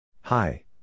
Hi